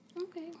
Okay